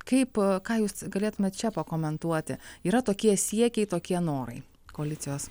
kaip ką jūs galėtumėt čia pakomentuoti yra tokie siekiai tokie norai koalicijos